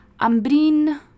Ambrin